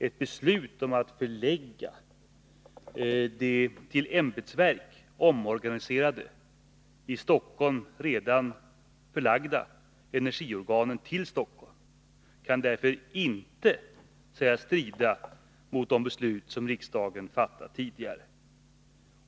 Ett beslut om att till Stockholm förlägga de till ämbetsverk omorganiserade, i Stockholm redan förlagda, energiorganen kan därför inte sägas strida mot de beslut som riksdagen fattat tidigare.